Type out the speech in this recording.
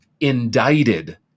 indicted